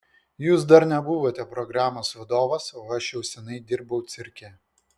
jūs dar nebuvote programos vadovas o aš jau seniai dirbau cirke